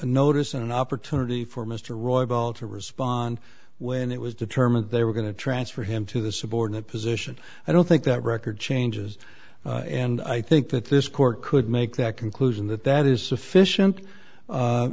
notice an opportunity for mr roy ball to respond when it was determined they were going to transfer him to the subordinate position i don't think that record changes and i think that this court could make that conclusion that that is sufficient